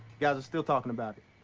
guys are still talking about it.